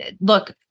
look